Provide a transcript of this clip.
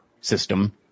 system